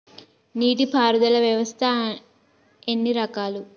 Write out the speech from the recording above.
నీటి పారుదల వ్యవస్థ ఎన్ని రకాలు?